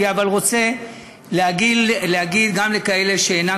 אני אבל רוצה להגיד גם לכאלה שאינם,